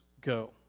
go